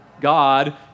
God